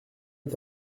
est